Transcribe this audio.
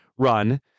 run